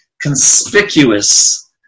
conspicuous